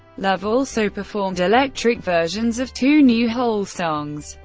love also performed electric versions of two new hole songs,